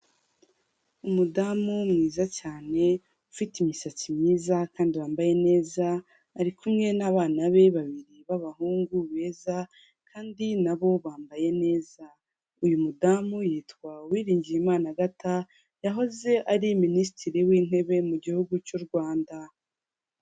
Umudamu mwiza cyane, ufite imisatsi myiza kandi wambaye neza, ari kumwe n'abana be babiri b'abahungu beza, kandi na bo bambaye neza. Uyu mudamu yitwa Uwiringiyimana Agatha, yahoze ari minisitiri w'intebe mu gihugu cy'u Rwanda.